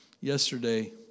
yesterday